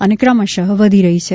અને ક્રમશ વધી રહી છે